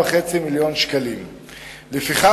מהירה?